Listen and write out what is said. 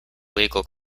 legal